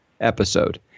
episode